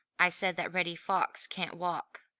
i said that reddy fox can't walk.